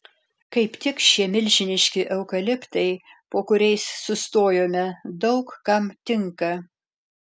kaip tik šie milžiniški eukaliptai po kuriais sustojome daug kam tinka